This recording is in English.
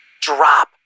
drop